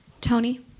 Tony